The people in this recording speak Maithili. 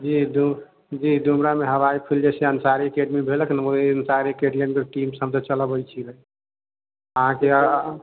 जी डु डुमरामे हवाईफिल्ड अंसारी के एकेडमी भेलक नहि ओहि अंसारी एकेडमी के टीम से हमसब चलबै छियै अहाँके